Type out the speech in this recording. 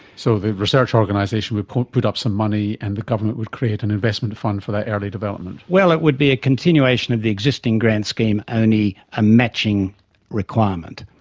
so the research organisation would put up some money and the government would create an investment fund for that early development. well, it would be a continuation of the existing grant scheme, only a matching requirement,